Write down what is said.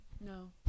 No